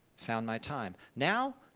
found my time. now,